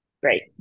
Great